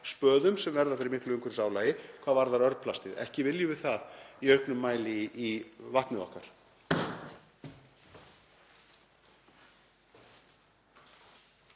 spöðum sem verða fyrir miklu umhverfisálagi hvað varðar örplastið. Ekki viljum við það í auknum mæli í vatnið okkar.